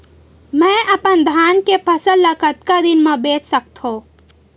मैं अपन धान के फसल ल कतका दिन म बेच सकथो?